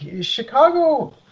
Chicago